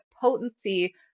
potency